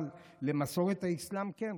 אבל למסורת האסלאם, כן.